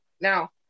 now